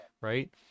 right